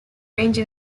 range